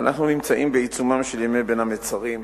אנו נמצאים בעיצומם של ימי בין המצרים.